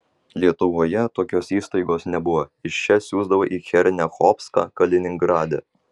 lietuvoje tokios įstaigos nebuvo iš čia siųsdavo į černiachovską kaliningrade